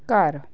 ਘਰ